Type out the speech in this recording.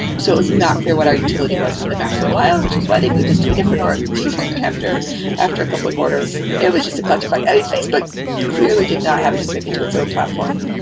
so it's not clear what our utility was to them after a while, which is why they moved us to a different org after after a couple of quarters. it was just a collective like facebook clearly did not have any commitment to its own platform.